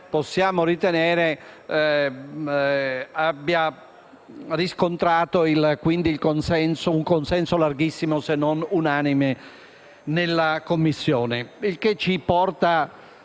possiamo ritenere abbia riscontrato un consenso larghissimo, se non unanime, nella Commissione.